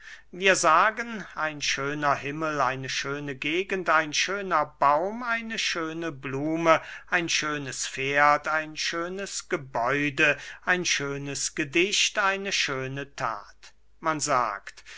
wir sagen ein schöner himmel eine schöne gegend ein schöner baum eine schöne blume ein schönes pferd ein schönes gebäude ein schönes gedicht eine schöne that man sagt